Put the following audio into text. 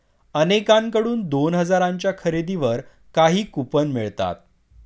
अनेकांकडून दोन हजारांच्या खरेदीवर काही कूपन मिळतात